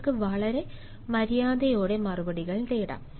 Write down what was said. നിങ്ങൾക്ക് വളരെ മര്യാദയോടെ മറുപടികൾ തേടാം